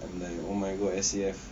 I'm like oh my god S A F